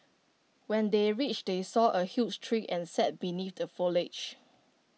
when they reached they saw A huge tree and sat beneath the foliage